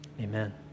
amen